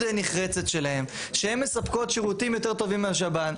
נחרצת שלהן שהן מספקות שירותים יותר טובים מהשב"ן,